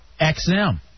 XM